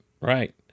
right